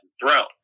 throne